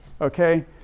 okay